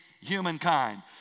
humankind